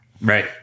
Right